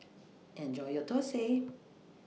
Enjoy your Thosai